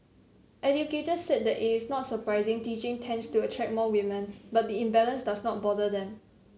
educators said that it is not surprising teaching tends to attract more women but the imbalance does not bother them